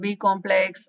B-complex